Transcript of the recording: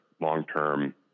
long-term